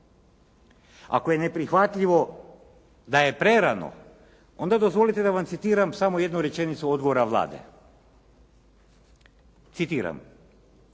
Ako je neprihvatljivo da je prerano, onda dozvolite da vam citiram samo jednu rečenicu odgovora Vlade. Citiram